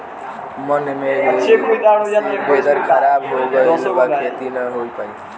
घन मेघ से वेदर ख़राब हो गइल बा खेती न हो पाई